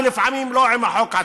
ולפעמים לא עם החוק עצמו.